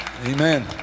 Amen